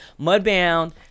Mudbound